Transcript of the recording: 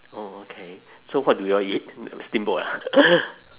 oh okay so what do you all eat steamboat ah